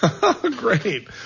Great